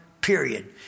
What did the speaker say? period